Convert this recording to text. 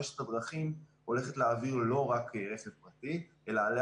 רשת הדרכים הולכת להעביר לא רק רכב פרטי אלא עליה